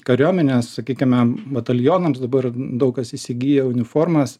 kariuomenės sakykime batalionams dabar daug kas įsigija uniformas